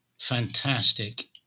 fantastic